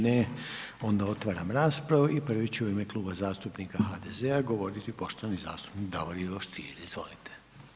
Ne, onda otvaram raspravu i prvi će u ime Kluba zastupnika HDZ-a govoriti poštovani zastupnik Davor Ivo Stier, izvolite.